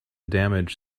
damage